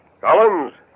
Collins